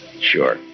Sure